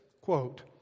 quote